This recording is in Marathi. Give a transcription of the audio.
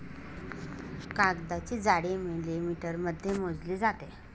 कागदाची जाडी मिलिमीटरमध्ये मोजली जाते